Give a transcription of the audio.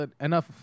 enough